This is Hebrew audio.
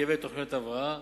מרכיבי תוכניות ההבראה,